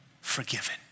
Forgiven